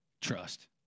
Trust